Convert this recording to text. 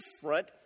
different